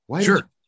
Sure